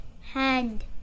hand